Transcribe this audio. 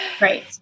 Right